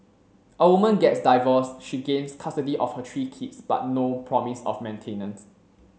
a woman gets divorced she gains custody of her three kids but no promise of maintenance